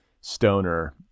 stoner